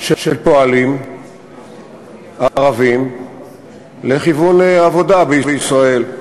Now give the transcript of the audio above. של פועלים ערבים לכיוון עבודה בישראל.